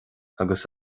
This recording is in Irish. agus